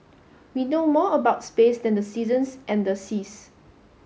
we know more about space than the seasons and the seas